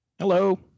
Hello